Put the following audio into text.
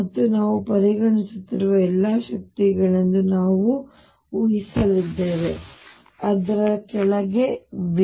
ಮತ್ತು ನಾವು ಪರಿಗಣಿಸುತ್ತಿರುವ ಎಲ್ಲಾ ಶಕ್ತಿಗಳೆಂದು ನಾವು ಊಹಿಸಲಿದ್ದೇವೆ ಕೆಳಗೆ V